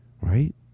right